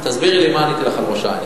תסבירי לי מה עניתי לך על ראש-העין.